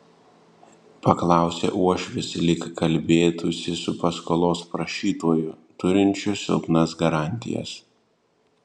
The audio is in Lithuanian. paklausė uošvis lyg kalbėtųsi su paskolos prašytoju turinčiu silpnas garantijas